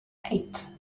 eight